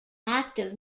active